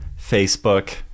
Facebook